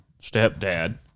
stepdad